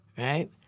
Right